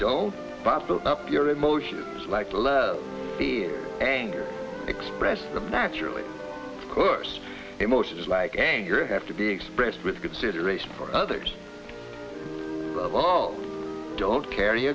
don't bottle up your emotions like love fear anger express them naturally occurs emotions like anger have to be expressed with consideration for others all don't carry